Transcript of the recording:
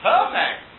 Perfect